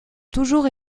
toujours